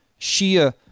Shia